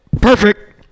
Perfect